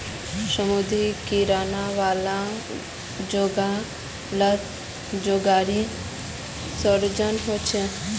समुद्री किनारा वाला जोगो लात रोज़गार सृजन होचे